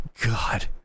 god